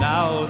Now